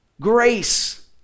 grace